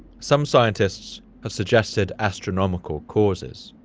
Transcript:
some scientists have suggested astronomical causes,